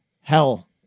hell